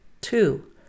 Two